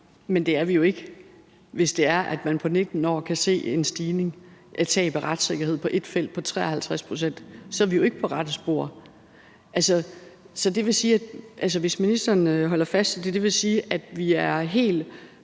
Men det er vi jo ikke, hvis man på 19 år kan se en stigning i tab af retssikkerhed på ét felt på 53 pct. Så er vi jo ikke på rette spor. Altså, hvis ministeren holder fast i det, vil det sige, at vi er helt